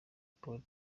polly